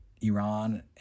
Iran